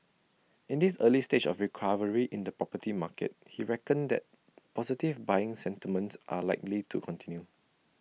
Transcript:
in this early stage of recovery in the property market he reckoned that positive buying sentiments are likely to continue